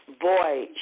Boy